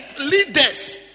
leaders